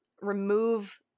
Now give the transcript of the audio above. remove